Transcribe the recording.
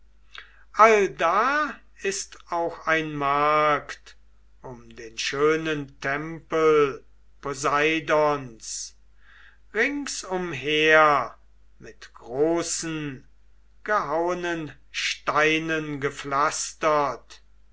allda ist auch ein markt um den schönen tempel poseidons ringsumher mit großen gehauenen steinen gepflastert